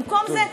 במקום זה,